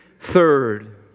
Third